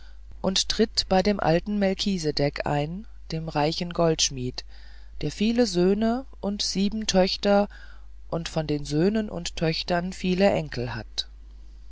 und tritt bei dem alten melchisedech ein dem reichen goldschmied der viele söhne und sieben töchter und von den söhnen und töchtern viele enkel hat